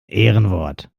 ehrenwort